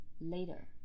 later